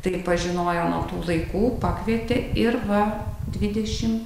tai pažinojo nuo tų laikų pakvietė ir va dvidešim